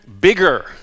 bigger